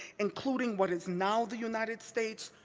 including what is now the united states,